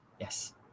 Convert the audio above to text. Yes